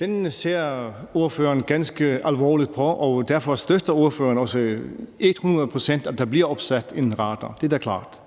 Den ser ordføreren ganske alvorligt på, og derfor støtter ordføreren også hundrede procent, at der bliver opsat en radar, det er da klart,